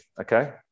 okay